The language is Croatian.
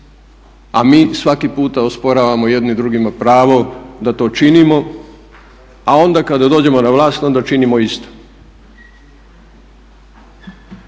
A mi svaki puta osporavamo jedni drugima pravo da to činimo a onda kada dođemo na vlast onda činimo isto.